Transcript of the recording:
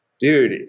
dude